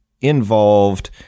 involved